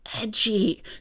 edgy